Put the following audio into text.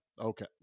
Okay